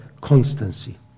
constancy